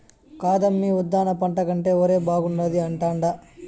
కాదమ్మీ ఉద్దాన పంట కంటే ఒరే బాగుండాది అంటాండా